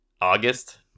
August